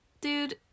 dude